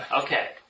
Okay